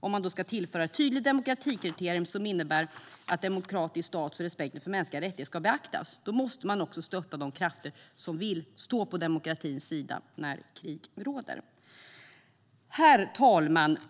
Om man ska tillföra ett tydligt demokratikriterium som innebär att demokratisk status och respekten för mänskliga rättigheter ska beaktas måste man också stödja de krafter som vill stå på demokratins sida när krig råder. Herr talman!